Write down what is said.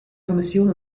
kommission